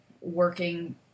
working